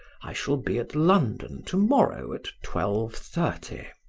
i shall be at london tomorrow at twelve-thirty.